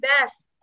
best